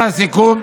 צריך את